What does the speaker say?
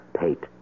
pate